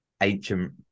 ancient